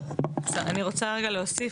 אני רוצה רגע להוסיף,